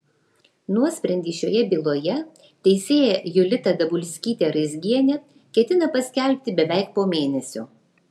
nuosprendį šioje byloje teisėja julita dabulskytė raizgienė ketina paskelbti beveik po mėnesio